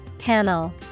Panel